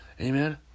Amen